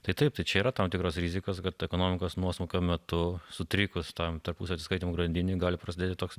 tai taip čia yra tam tikros rizikos kad ekonomikos nuosmukio metu sutrikus tam tarpusavio atsiskaitymų grandinei gali prasidėti toks